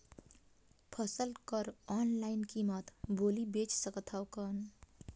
फसल कर ऑनलाइन कीमत बोली बेच सकथव कौन?